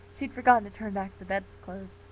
she had forgotten to turn back the bedclothes.